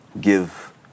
give